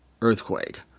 earthquake